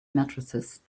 matrices